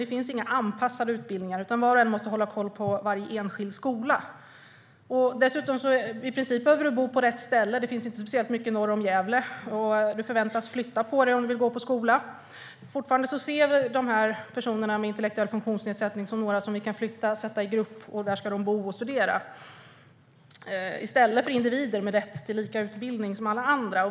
Det finns inga anpassade utbildningar, utan var och en måste hålla koll på varje enskild skola. Dessutom behöver du i princip bo på rätt ställe; det finns inte speciellt mycket norr om Gävle, och du förväntas flytta på dig om du vill gå på skola. Fortfarande ser vi på dessa personer med intellektuell funktionsnedsättning som några vi kan flytta och sätta i en grupp, och där ska de bo och studera, i stället för att se dem som individer med samma rätt till utbildning som alla andra.